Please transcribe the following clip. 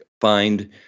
find